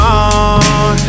on